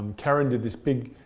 karen did this big,